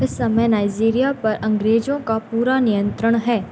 इस समय नाइजीरिया पर अँग्रेजों का पूरा नियन्त्रण है